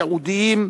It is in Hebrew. ייעודיים,